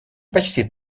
почти